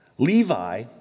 Levi